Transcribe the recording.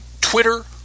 Twitter